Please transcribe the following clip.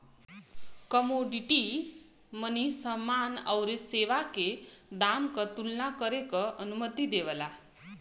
commodity money समान आउर सेवा के दाम क तुलना करे क अनुमति देवला